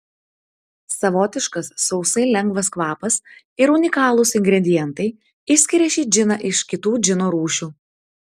savotiškas sausai lengvas kvapas ir unikalūs ingredientai išskiria šį džiną iš kitų džino rūšių